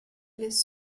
les